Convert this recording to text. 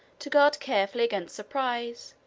to guard carefully against surprise,